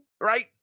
Right